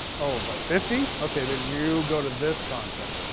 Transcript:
oh, by fifty? okay, then you go to this content.